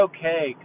Okay